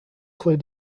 clear